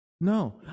no